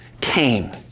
came